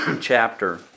chapter